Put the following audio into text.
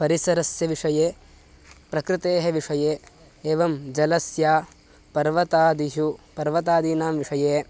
परिसरस्य विषये प्रकृतेः विषये एवं जलस्य पर्वतादिषु पर्वतादीनां विषये